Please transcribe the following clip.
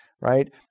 right